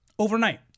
overnight